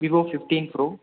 Vivo fifteen bro